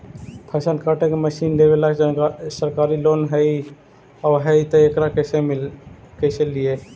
फसल काटे के मशीन लेबेला सरकारी लोन हई और हई त एकरा कैसे लियै?